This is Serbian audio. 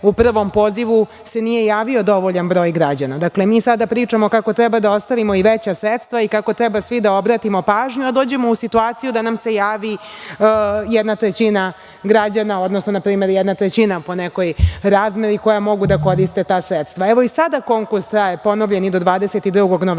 prvom pozivu se nije javio dovoljan broj građana. Mi sada pričamo kako treba da ostavimo i veća sredstva i kako treba svi da obratimo pažnju, a dođemo u situaciju da nam se javi jedna trećina građana, odnosno jedna trećina po nekoj razmeri, koja mogu da koriste ta sredstva. Evo i sada konkurs traje, obnovljen je do 22. novembra.